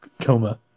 coma